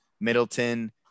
Middleton